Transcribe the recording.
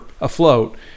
afloat